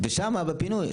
ושם בפינוי,